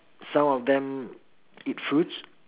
some of them eat fruits